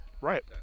Right